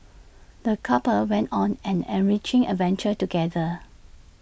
the couple went on an enriching adventure together